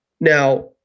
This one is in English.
Now